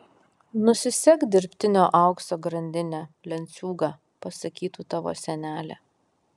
nusisek dirbtinio aukso grandinę lenciūgą pasakytų tavo senelė